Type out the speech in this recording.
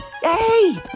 Hey